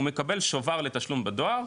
הוא מקבל שובר לתשלום בדואר,